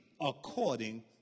according